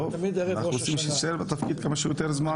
אני מקווה שתישאר בתפקיד כמה שיותר זמן.